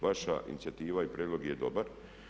Vaša inicijativa i prijedlog je dobar.